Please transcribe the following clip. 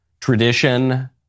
tradition